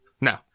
No